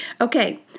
Okay